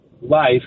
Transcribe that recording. life